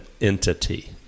entity